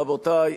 רבותי,